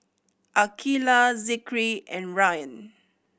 Aqilah Zikri and Ryan